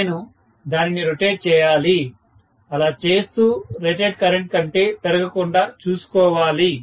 నేను దానిని రొటేట్ చేయాలి అలా చేస్తూ రేటెడ్ కరెంట్ కంటే పెరగకుండా చూసుకోవాలి